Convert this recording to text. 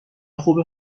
خوبه